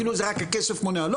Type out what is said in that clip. כאילו רק הכסף מונע,